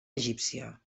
egípcia